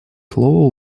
слово